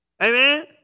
Amen